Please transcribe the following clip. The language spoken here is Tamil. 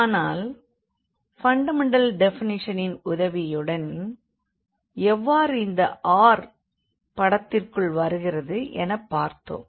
ஆனால் ஃபண்டமெண்டல் டெபினிஷனின் உதவியுடன் எவ்வாறு இந்த r படத்திற்குள் வருகிறது எனப் பார்த்தோம்